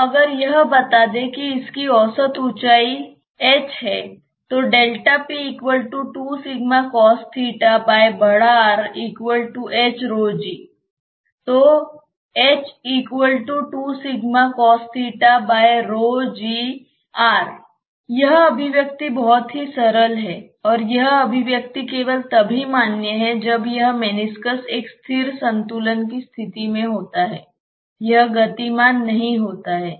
तो अगर यह बता दें कि इसकी औसत ऊंचाई h है तो तो यह अभिव्यक्ति बहुत ही सरल है और यह अभिव्यक्ति केवल तभी मान्य है जब यह मेनिस्कस एक स्थिर संतुलन की स्थिति में होता है यह गतिमान नहीं होता है